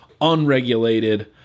unregulated